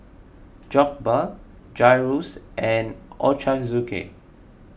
Jokbal Gyros and Ochazuke